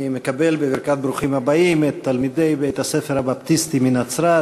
אני מקבל בברכת "ברוכים הבאים" את תלמידי בית-הספר הבפטיסטי בנצרת,